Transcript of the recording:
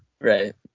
Right